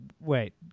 wait